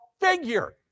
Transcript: figure